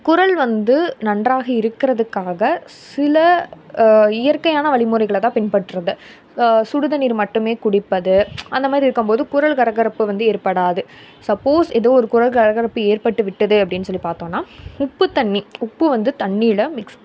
குரல் வந்து நன்றாக இருக்கிறதுக்காக சில இயற்கையான வழிமுறைகள தான் பின்பற்றது சுடு தண்ணீர் மட்டுமே குடிப்பது அந்த மாதிரி இருக்கும்போது குரல் கரகரப்பு வந்து ஏற்படாது சப்போஸ் ஏதோ ஒரு குரல் கரகரப்பு ஏற்பட்டுவிட்டது அப்படின் சொல்லி பார்த்தோன்னா உப்பு தண்ணி உப்பு வந்து தண்ணியில் மிக்ஸ்